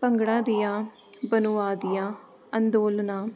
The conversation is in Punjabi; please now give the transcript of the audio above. ਭੰਗੜਾ ਦੀਆ ਬਨੂਆ ਦੀਆਂ ਅੰਦੋਲਨਾਂ